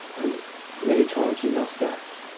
and many times you must act.